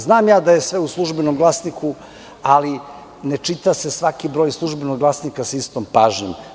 Znam ja da je sve u "Službenom glasniku", ali ne čita se svaki broj "Službenog glasnika" sa istom pažnjom.